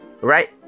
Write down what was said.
right